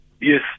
Yes